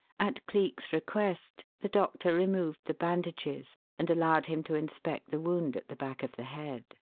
at cleek's request the doctor removed the bandages and allowed him to inspect the wound at the back of the head.